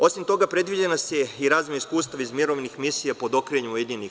Osim toga, predviđena je i razmena iskustva iz mirovnih misija pod okriljem UN.